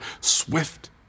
swift